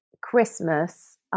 Christmas